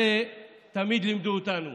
הרי תמיד לימדו אותנו,